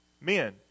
Men